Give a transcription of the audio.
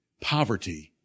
poverty